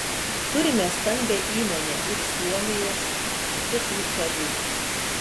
turime stambią įmonę iš suomijos kitų šalių